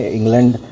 England